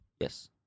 Yes